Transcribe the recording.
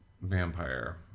vampire